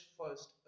first